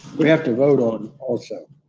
we have to vote on also,